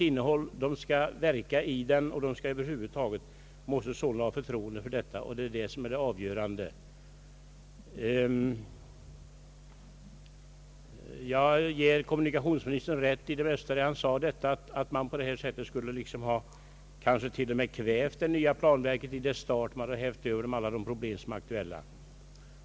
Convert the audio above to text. Man måste över huvud taget skapa förtroende för planarbetet. Jag ger kommunikationsministern rätt i att man kanske till och med skulle ha kvävt det nya planverket i dess start om man nu på en gång på det nya verket hade hävt över alla de problem som är aktuella.